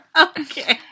Okay